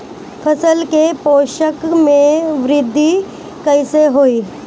फसल के पोषक में वृद्धि कइसे होई?